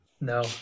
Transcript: No